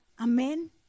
Amen